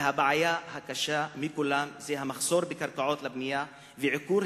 והבעיה הקשה מכולן היא המחסור בקרקעות לבנייה ועיכוב